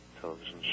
television